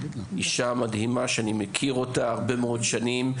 אישה מדהימה שאני מכיר הרבה מאוד שנים,